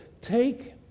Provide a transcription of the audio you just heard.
Take